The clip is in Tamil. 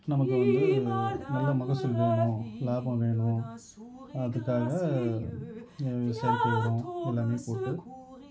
நமக்கு வந்து நல்ல மகசூல் வேணும் லாபம் வேணும் அதுக்காக செயற்கை உரம் எல்லாமே போட்டு